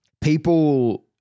people